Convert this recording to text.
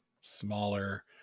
smaller